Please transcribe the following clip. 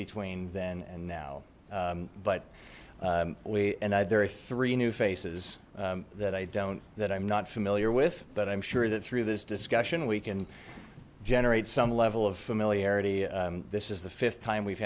between then and now but we and i there are three new faces that i don't that i'm not familiar with but i'm sure that through this discussion we can generate some level of familiarity this is the fifth time we've